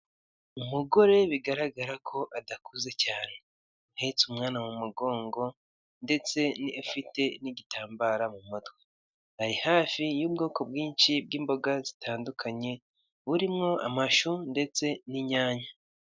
Umugore bigaragara ko adakuze cyane. Ahetse umwana mu mugongo, ndetse afite n'igitambararo mu mutwe. Ari hafi y'ubwoko bwinshi bw'imboga zitandukanye, burimo amashu ndetse n'inyanya.